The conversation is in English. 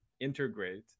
integrate